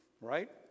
Right